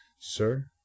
sir